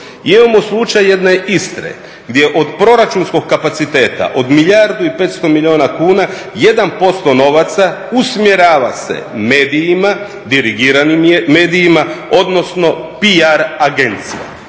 Imam slučaj jedne Istre gdje od proračunskog kapaciteta, od milijardu i 500 milijuna kuna, 1% novaca usmjerava se medijima, dirigiranim medijima, odnosno PR agencijama.